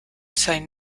sain